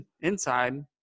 inside